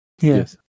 Yes